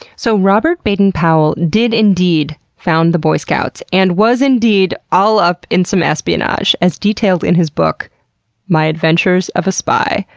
so robert baden-powell did indeed found the boy scouts and was indeed all up in some espionage, as detailed in his book my adventures of a spy.